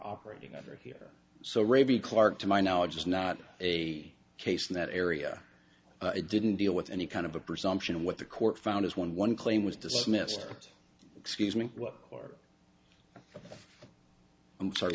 operating under here so raby clark to my knowledge is not a case in that area it didn't deal with any kind of a presumption of what the court found as one one claim was dismissed but excuse me or i'm sorry